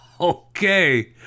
Okay